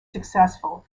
successful